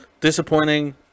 Disappointing